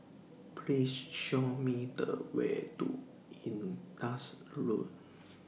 Please Show Me The Way to Indus Road